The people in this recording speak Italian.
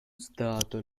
stato